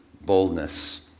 boldness